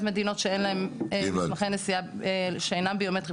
מדינות שאין להם מסמכי נסיעה שאינם ביומטריים,